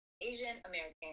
Asian-American